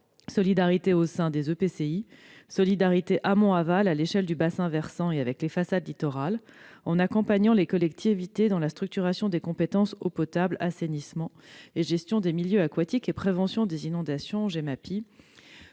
intercommunale, les EPCI ; solidarité amont-aval à l'échelle du bassin versant et avec les façades littorales en accompagnant les collectivités dans la structuration des compétences eau potable, assainissement et gestion des milieux aquatiques et prévention des inondations, ou Gemapi